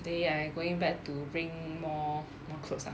they I going back to bring more more clothes lah